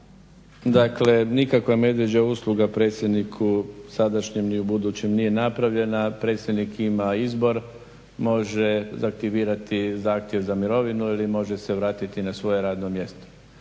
Dakle, nikakva medvjeđa usluga predsjedniku sadašnjem ni u budućem nije napravljena. Predsjednik ima izbor, može aktivirati zahtjev za mirovinu ili može se vratiti na svoje radno mjesto.